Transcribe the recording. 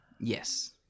Yes